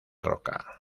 roca